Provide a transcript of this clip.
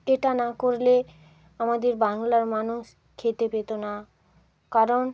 এটা না করলে আমাদের বাংলার মানুষ খেতে পেত না কারণ